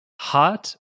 Hot